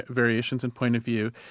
variations and point of view.